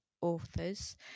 authors